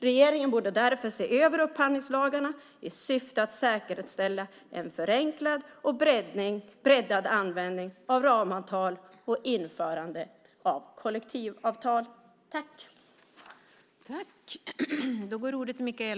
Regeringen borde därför se över upphandlingslagarna i syfte att säkerställa en förenklad och breddad användning av ramavtal och införande av kollektivavtal.